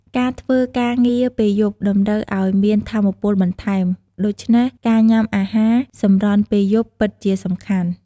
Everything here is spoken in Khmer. ការធ្វើការងារពេលយប់តម្រូវឱ្យមានថាមពលបន្ថែម ដូច្នេះការញ៉ាំអាហារសម្រន់ពេលយប់ពិតជាសំខាន់។